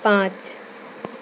पाँच